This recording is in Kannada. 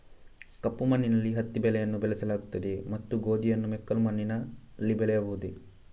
ಕಪ್ಪು ಮಣ್ಣಿನಲ್ಲಿ ಹತ್ತಿ ಬೆಳೆಯನ್ನು ಬೆಳೆಸಲಾಗುತ್ತದೆಯೇ ಮತ್ತು ಗೋಧಿಯನ್ನು ಮೆಕ್ಕಲು ಮಣ್ಣಿನಲ್ಲಿ ಬೆಳೆಯಬಹುದೇ?